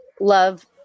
love